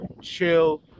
chill